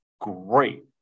great